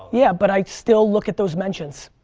yeah, but i still look at those mentions.